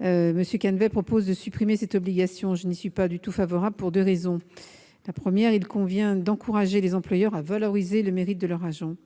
M. Canevet propose de supprimer cette obligation. Je n'y suis pas favorable, pour deux raisons : tout d'abord, il convient d'encourager les employeurs à valoriser le mérite de leurs agents ;